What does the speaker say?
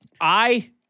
I-